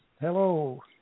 hello